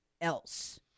else